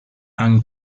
han